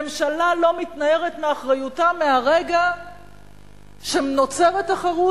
ממשלה לא מתנערת מאחריותה מהרגע שנוצרת תחרות,